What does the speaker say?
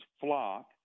flock